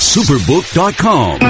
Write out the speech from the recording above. Superbook.com